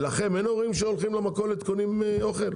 לכם אין הורים שהולכים למכולת וקונים אוכל?